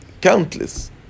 countless